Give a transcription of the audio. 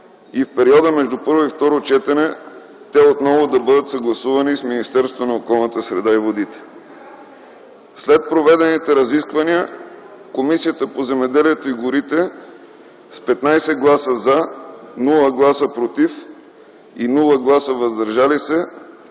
и в периода между първо и второ четене те отново да бъдат съгласувани с Министерството на околната среда и водите. След проведените разисквания Комисията по земеделието и горите с 15 гласа „за”, без „против” и „въздържали се”